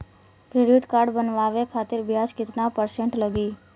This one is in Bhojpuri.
क्रेडिट कार्ड बनवाने खातिर ब्याज कितना परसेंट लगी?